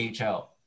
AHL